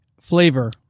flavor